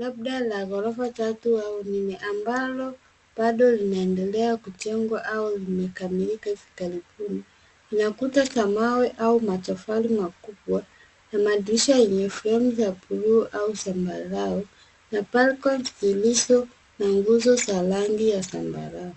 labda la ghorofa tatu au nne ambalo bado linaendelea kujengwa au limekamilika hivi karibuni, lina kuta za mawe au matofali makubwa na madirisha yenye fremu za bluu au zambarau na balcony zilizo na nguzo za rangi ya zambarau.